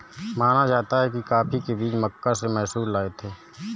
माना जाता है कि कॉफी के बीज मक्का से मैसूर लाए गए थे